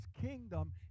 kingdom